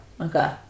Okay